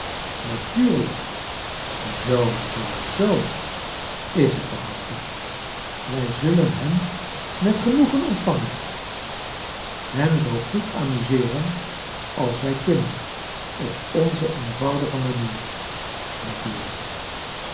zoo zoo zoo is t waarachtig wij zullen hem met genoegen ontvangen hem zoo goed amuseeren als wij kunnen op onze eenvoudige manier natuurlijk